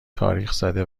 تاریخزده